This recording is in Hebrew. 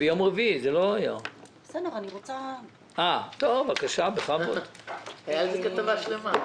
היה על זה כתבה שלמה.